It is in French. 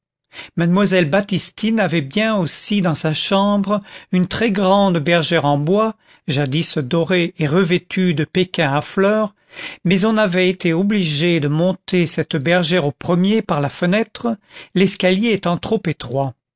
mademoiselle baptistine avait bien aussi dans sa chambre une très grande bergère en bois jadis doré et revêtue de pékin à fleurs mais on avait été obligé de monter cette bergère au premier par la fenêtre l'escalier étant trop étroit